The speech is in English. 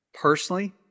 personally